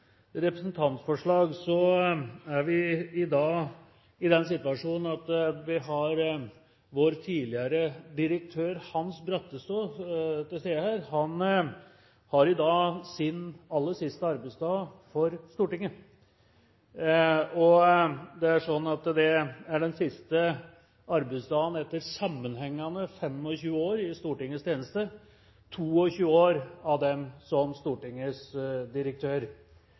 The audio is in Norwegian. representantforslag, vil presidenten si at vi i dag er i den situasjon at vi har vår tidligere direktør, Hans Brattestå, til stede her. Han har i dag sin aller siste arbeidsdag for Stortinget. Det er den siste arbeidsdagen etter sammenhengende 25 år i Stortingets tjeneste, 22 år av dem som Stortingets direktør.